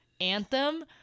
anthem